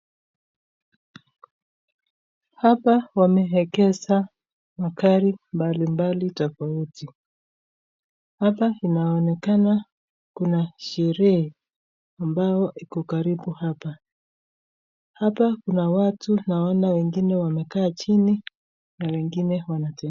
Hapa wameegesha magari mbali mbali tofauti. Hapa inaonekana kuna sherehe ambayo iko karibu hapa. Hapa kuna watu naona wengine wamekaa chini na wengine wanatembea.